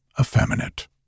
effeminate